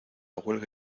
huelga